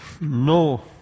no